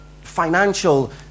financial